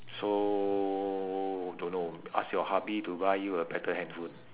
so don't know ask your hubby to buy you a better handphone